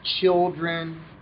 children